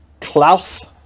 klaus